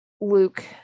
Luke